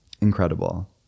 Incredible